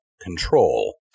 control